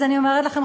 אז אני אומרת לכם,